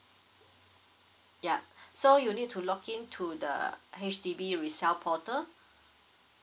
yup so you need to login to the H_D_B resale portal